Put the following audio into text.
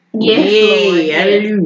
Yes